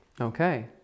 Okay